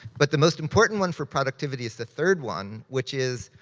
but the most important one for productivity is the third one, which is,